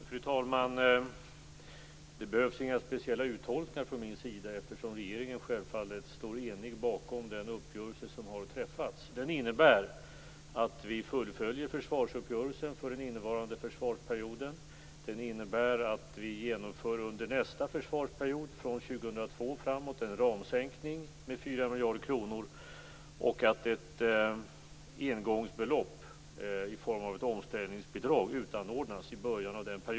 Fru talman! Det behövs inga speciella uttolkningar från min sida, eftersom regeringen självfallet står enig bakom den uppgörelse som har träffats. Den innebär att vi fullföljer försvarsuppgörelsen för den innevarande försvarsperioden. Den innebär att vi under nästa försvarsperiod, från år 2002 och framåt, genomför en ramsänkning med 4 miljarder kronor och att ett engångsbelopp i form av ett omställningsbidrag utanordnas i början av denna period.